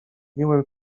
miłym